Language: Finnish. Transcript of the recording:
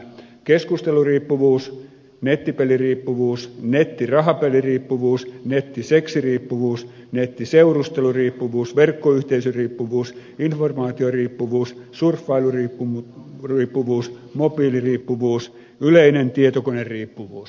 keskusteluriippuvuus nettipeliriippuvuus nettirahapeliriippuvuus nettiseksiriippuvuus nettiseurusteluriippuvuus verkkoyhteisöriippuvuus informaatioriippuvuus surffailuriippuvuus mobiiliriippuvuus yleinen tietokoneriippuvuus